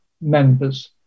members